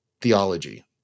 theology